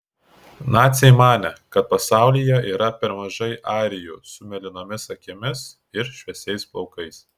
naciai manė kad pasaulyje yra per mažai arijų su mėlynomis akimis ir šviesiais plaukais